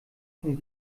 von